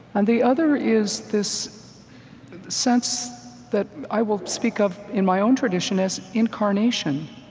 and the other is this sense that i will speak of in my own tradition as incarnation.